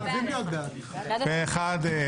פה אחד בקשת הסיעה הממלכתית להתפלג מסיעת ביחד נתקבלה.